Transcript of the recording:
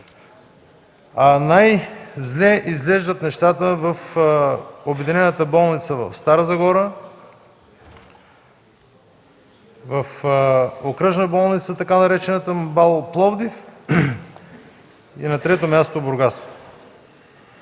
а най-зле изглеждат нещата в Обединената болница в Стара Загора, в Окръжна болница, така наречената МБАЛ–Пловдив, и на трето място – Бургас.